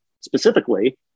specifically